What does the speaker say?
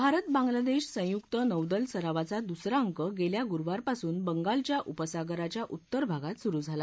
भारत बांगलादेश संयुक्त नौदल सरावाचा दुसरा अंक गेल्या गुरुवारपासून बंगालच्या उपसागराच्या उत्तर भागात सुरु झाला